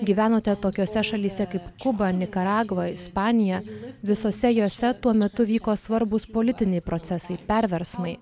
gyvenote tokiose šalyse kaip kuba nikaragva ispanija visose jose tuo metu vyko svarbūs politiniai procesai perversmai